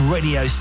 Radio